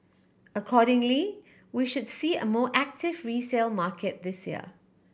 accordingly we should see a more active resale market this year